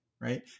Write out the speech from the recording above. right